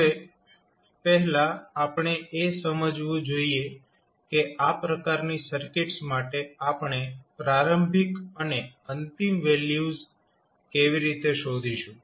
હવે પહેલા આપણે એ સમજવું જોઈએ કે આ પ્રકારની સર્કિટ્સ માટે આપણે પ્રારંભિક અને અંતિમ વેલ્યુ કેવી રીતે શોધીશું